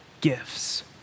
gifts